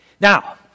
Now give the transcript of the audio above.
Now